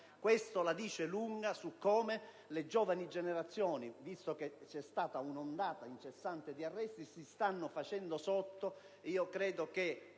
questo la dice lunga su come le giovani generazioni, visto che c'è stata un'ondata incessante di arresti, si stanno facendo sotto.